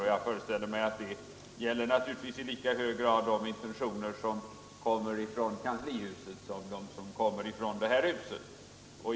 Jag föreställer mig att detta i lika hög grad gäller de intentioner som kommer från kanslihuset som de som kommer från detta hus.